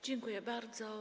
Dziękuję bardzo.